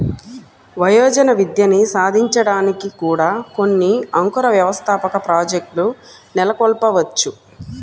వయోజన విద్యని సాధించడానికి కూడా కొన్ని అంకుర వ్యవస్థాపక ప్రాజెక్ట్లు నెలకొల్పవచ్చు